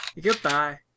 Goodbye